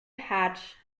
hatch